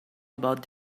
about